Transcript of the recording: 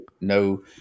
no